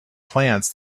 plants